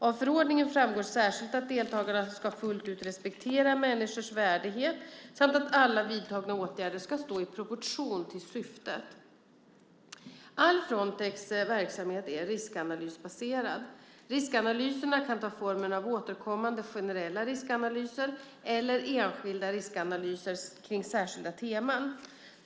Av förordningen framgår särskilt att deltagarna fullt ut ska respektera människors värdighet samt att alla vidtagna åtgärder ska stå i proportion till syftet. All Frontex verksamhet är riskanalysbaserad. Riskanalyserna kan ta formen av återkommande generella riskanalyser eller enskilda riskanalyser kring särskilda teman.